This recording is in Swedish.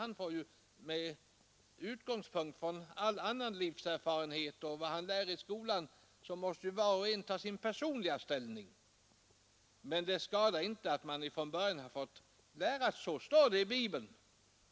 Han eller hon får naturligtvis med utgångspunkt i all övrig livserfarenhet och vad man lär i skolan sedan ta sin personliga ställning. Men det skadar inte att man från början får lära att så står det i Bibeln,